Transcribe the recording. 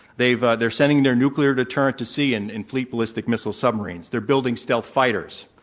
they've ah they're sending their nuclear deterrent to sea and in fleet ballistic missile submarines. they're building stealth fighters.